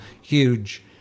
huge